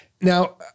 Now